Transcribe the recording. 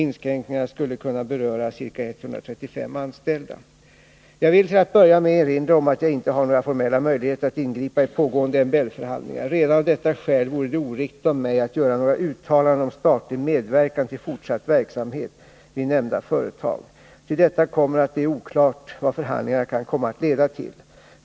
Inskränkningarna skulle kunna beröra ca 135 anställda. Jag vill till att börja med erinra om att jag inte har några formella möjligheter att ingripa i pågående MBL förhandlingar. Redan av detta skäl vore det oriktigt av mig att göra några uttalanden om statlig medverkan till fortsatt verksamhet vid nämnda företag. Till detta kommer att det är oklart vad förhandlingarna kan komma att leda till.